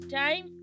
time